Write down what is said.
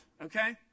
okay